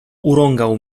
urągał